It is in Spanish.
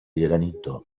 granito